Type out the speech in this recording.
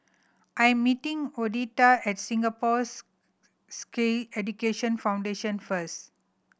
I'm meeting Odette at Singapore's Sikh Education Foundation first